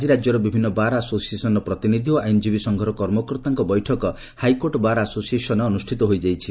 ଆକି ରାକ୍ୟର ବିଭିନ୍ ବାର୍ ଆସୋସିଏସନ୍ର ପ୍ରତିନିଧି ଓ ଆଇନ୍ଜୀବୀ ସଂଘର କର୍ମକର୍ତାଙ୍କ ବୈଠକ ହାଇକୋର୍ଟ ବାର୍ ଆସୋସିଏସନ୍ରେ ଅନୁଷିତ ହୋଇଯାଇଛି